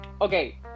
okay